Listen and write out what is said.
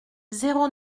zéro